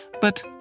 but